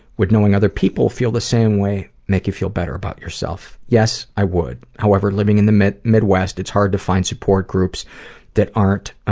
would knowing other people feel the same way make you feel better about yourself? yes, i would, however living in the midwest, it's hard to find support groups that aren't,